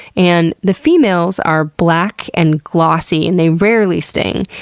and the females are black and glossy and they rarely sting.